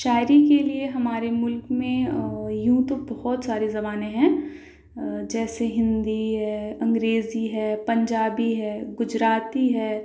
شاعری کے لیے ہمارے ملک میں یوں تو بہت ساری زبانیں ہیں جیسے ہندی ہے انگریزی ہے پنجابی ہے گجراتی ہے